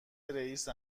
رئیست